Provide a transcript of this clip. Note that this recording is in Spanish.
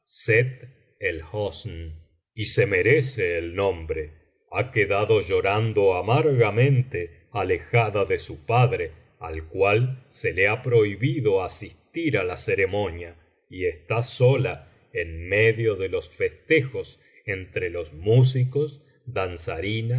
del visir nureddin rece el nombre ha quedado llorando amargamente alejada de su padre al cual se le ha prohibido asistir á la ceremonia y está sola en medio de los festejos entre los músicos danzarinas